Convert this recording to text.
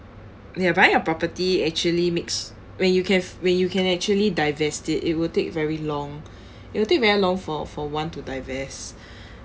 ya buying a property actually makes when you can f~ when you can actually divest it will take very long it will take very long for for one to divest